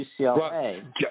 UCLA